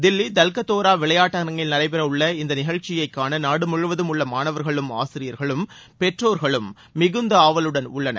தில்லி தால்கடோரா விளையாட்டரங்களில் நடைபெற உள்ள இந்த நிகழ்ச்சியை காண நாடு முழுவதும் உள்ள மாணவர்களும் ஆசிரியர்களும் பெற்றோர்களும் மிகுந்த ஆவலுடன் உள்ளனர்